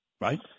right